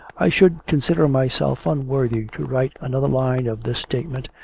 i should consider myself unworthy to write another line of this statement,